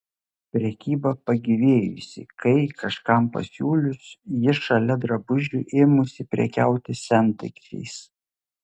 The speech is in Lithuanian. prekyba pagyvėjusi kai kažkam pasiūlius ji šalia drabužių ėmusi prekiauti sendaikčiais